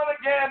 again